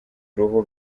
uruhu